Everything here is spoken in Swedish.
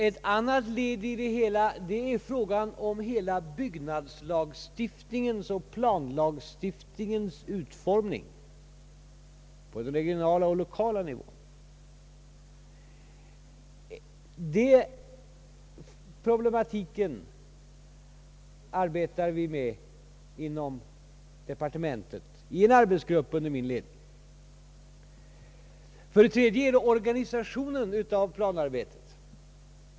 Ett annat led i det hela är frågan om byggnadslagstiftningens och = planlagstiftningens utformning på den regionala och lokala nivån. Med den problematiken arbetar vi inom departementet i en arbetsgrupp under min ledning. En tredje sak är organisationen av planarbetet.